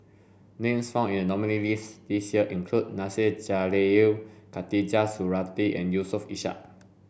names found in the nominees' list this year include Nasir Jalil Khatijah Surattee and Yusof Ishak